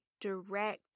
direct